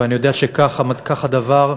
ואני יודע שכך הדבר,